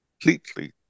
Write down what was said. completely